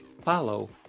follow